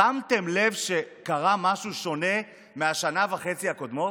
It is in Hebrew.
שמתם לב שקרה משהו שונה מבשנה וחצי הקודמות?